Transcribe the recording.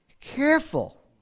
careful